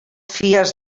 fies